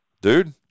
Dude